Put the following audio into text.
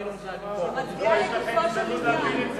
הרווחה והבריאות בדבר חלוקת הצעת חוק המדיניות הכלכלית